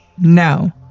no